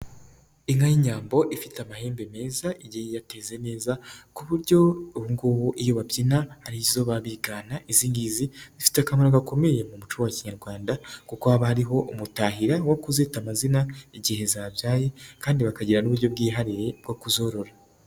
Inka y'inyambo ifite amahembe meza igiye iyateze neza, ku buryo ubu ngubu iyo babyina ari zo baba bigana, izi ngizi zifite akamaro gakomeye mu muco wa kinyarwanda, kuko habaho umutahira wo kuzita amazina igihe zabyaye kandi bakagira n'uburyo bwihariye bwo kuzorora.